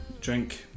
drink